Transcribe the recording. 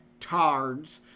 tards